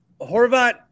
Horvat